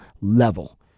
level